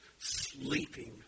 sleeping